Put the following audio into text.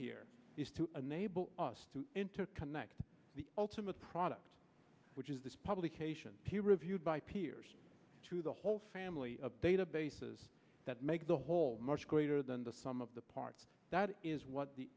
here is to enable us to interconnect the ultimate product which is this publication peer reviewed by peers through the whole family of databases that make the whole much greater than the sum of the parts that is what the